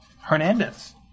Hernandez